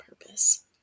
purpose